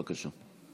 בבקשה.